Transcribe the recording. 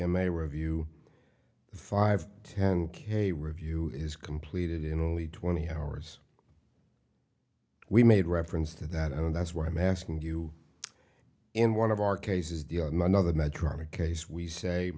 m a review the five ten k review is completed in only twenty hours we made reference to that and that's why i'm asking you in one of our cases the on another matter on a case we say